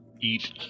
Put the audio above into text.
Eat